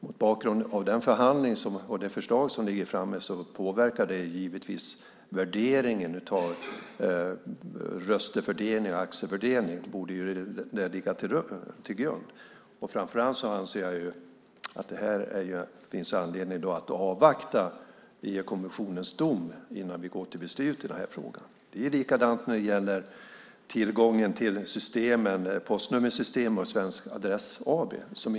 Mot bakgrund av den förhandling som varit och det förslag som nu ligger framme påverkas givetvis, menar jag, värderingen av röstfördelning och aktiefördelning. Det borde ligga till grund. Framför allt anser jag att det här finns anledning att avvakta EU-kommissionens dom innan vi går till beslut i frågan. Likadant är det när det gäller tillgången till postnummersystem och Svensk Adressändring AB.